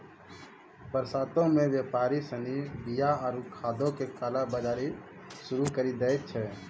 बरसातो मे व्यापारि सिनी बीया आरु खादो के काला बजारी शुरू करि दै छै